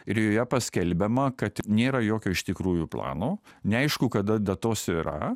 ir joje paskelbiama kad nėra jokio iš tikrųjų plano neaišku kada datose yra